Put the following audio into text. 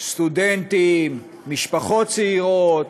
סטודנטים, משפחות צעירות,